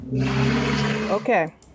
Okay